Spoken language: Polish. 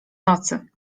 nocy